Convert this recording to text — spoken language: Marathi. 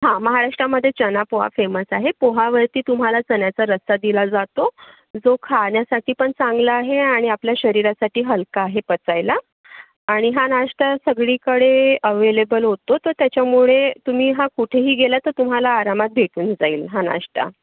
हा महाराष्ट्रामध्ये चणा पोहा फेमस आहे पोहावरती तुम्हाला चण्याचा रस्सा दिला जातो जो खाण्यासाठी पण चांगला आहे आणि आपल्या शरीरासाठी हलका आहे पचायला आणि हा नाष्टा सगळीकडे अव्हेलेबल होतो तर त्याच्यामुळे तुम्ही हा कुठेही गेला तर तुम्हाला आरामात भेटून जाईल हा नाष्टा